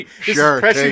Sure